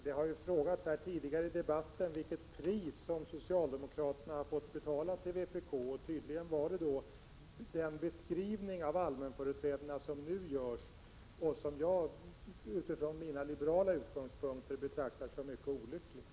Det har frågats tidigare i debatten vilket pris socialdemokraterna har fått betala till vpk, och tydligen var priset den beskrivning av allmänföreträdarna som nu görs och som jag utifrån mina liberala utgångspunkter betraktar som mycket olycklig.